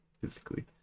physically